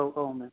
औ औ मेम